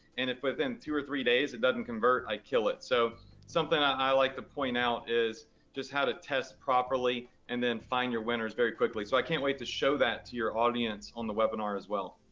and within two or three days, it doesn't convert, i kill it. so something i like to point out is just how to test properly and then find your winners very quickly. so i can't wait to show that to your audience on the webinar as well.